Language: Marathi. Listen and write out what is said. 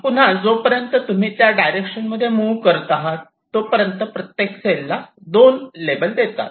पुन्हा जो पर्यंत तुम्ही त्या डायरेक्शन मध्ये मुव्ह करत आहात तो पर्यंत प्रत्येक सेल ला 2 लेबल देतात